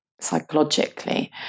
psychologically